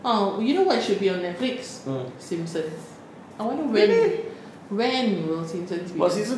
oh you know what should be on netflix simpson I wonder when will when will simpson be on